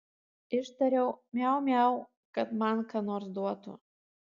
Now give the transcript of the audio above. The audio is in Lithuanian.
ištariau miau miau kad man ką nors duotų